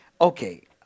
okay